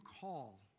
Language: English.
call